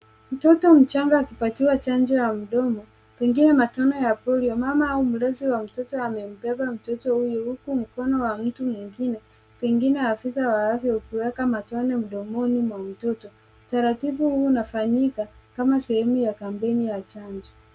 Mtoto mchanga akipatiwa chanjo ya mdomo , pengine matone ya polio. Mama au mlezi wa mtoto amembeba mtoto huyu huku mkono wa mtu mwingine pengine afisa wa afya ukiweka matone mdomoni mwa mtoto. Taratibu huu unafanyika kama sehemu ya kampeni ya chanjo.